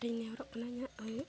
ᱠᱟᱹᱴᱤᱡ ᱤᱧ ᱧᱮᱦᱚᱨᱚᱜ ᱠᱟᱱᱟ ᱤᱧᱟᱹᱜ ᱞᱟᱹᱜᱤᱫ